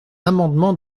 amendement